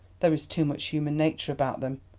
there is too much human nature about them.